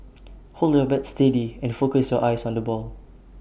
hold your bat steady and focus your eyes on the ball